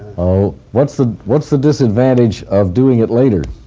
ah what's the what's the disadvantage of doing it later?